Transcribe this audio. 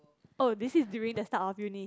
oh this is during the start of uni